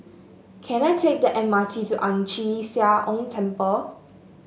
can I take the M R T to Ang Chee Sia Ong Temple